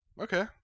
Okay